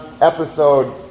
episode